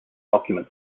document